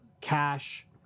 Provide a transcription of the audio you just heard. cash